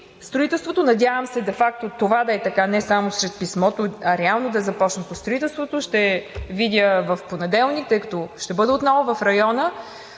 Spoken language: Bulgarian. строителството. Надявам се де факто това да е така, не само чрез писмото, а реално да е започнато строителството, ще видя в понеделник, тъй като ще бъда отново в района.